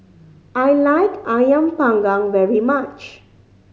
I like Ayam Panggang very much